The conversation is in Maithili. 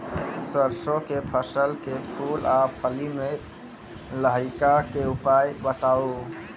सरसों के फसल के फूल आ फली मे लाहीक के उपाय बताऊ?